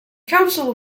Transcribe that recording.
council